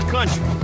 Country